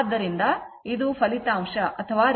ಆದ್ದರಿಂದ ಇದು ಫಲಿತಾಂಶವಾಗಿದೆ